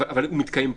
אבל הוא מתקיים פה,